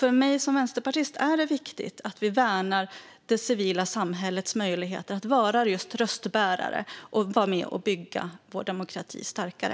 För mig som vänsterpartist är det viktigt att värna det civila samhällets möjligheter att vara röstbärare och vara med och bygga demokratin starkare.